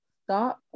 stop